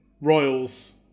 Royals